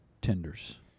tenders